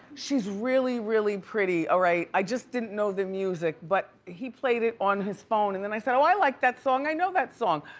she's really, really pretty, all right? i just didn't know the music but he played it on his phone and then i said, oh, i like that song, i know that song.